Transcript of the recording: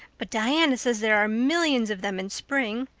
but diana says there are millions of them in spring.